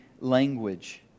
language